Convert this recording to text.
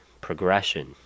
progression